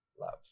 love